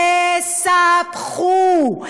ת-ספ-חו.